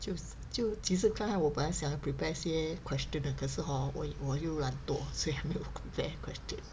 mm 就就其实刚才我本来想要 prepare 些 question 的可是 hor 我我又懒惰所以还没有 prepare question